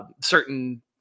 Certain